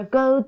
go